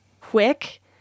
quick